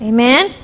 Amen